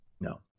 No